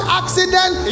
accident